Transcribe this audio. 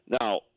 Now